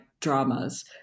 dramas